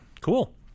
cool